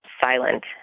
silent